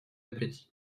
appétit